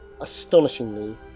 astonishingly